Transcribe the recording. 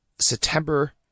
September